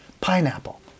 Pineapple